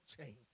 change